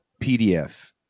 PDF